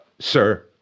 Sir